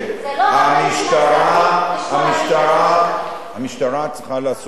המשטרה צריכה לעשות את שלה,